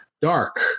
Dark